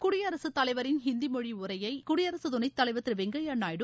குடியரசுத் தலைவரின் ஹிந்தி மொழி உரையை குடியரசு துணைத்தலைவர் திரு வெங்கையா நாயுடு